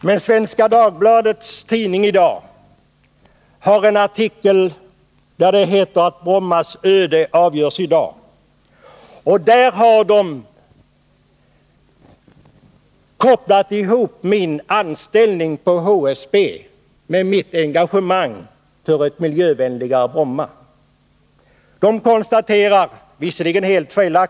Men Svenska Dagbladet har i dag en artikel där man — visserligen helt felaktigt, men det är ju inte sakfrågan det handlar om — kopplat ihop min anställning på HSB med mitt engagemang för ett miljövänligare Bromma.